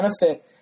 benefit